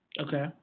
Okay